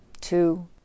two